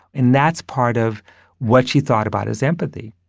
and that's part of what she thought about as empathy.